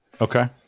Okay